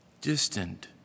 distant